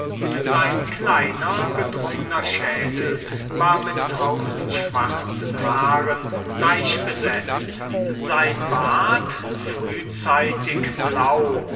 sein kleiner gedrungener schädel war mit krausen schwarzen haaren reich besetzt sein bart frühzeitig blau